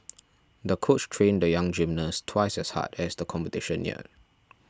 the coach trained the young gymnast twice as hard as the competition neared